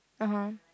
(uh huh)